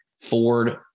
Ford